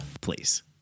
Please